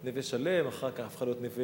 שכונת נווה-שלם, שאחר כך הפכה להיות נווה-אליעזר.